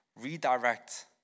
redirect